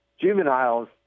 juveniles